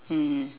mm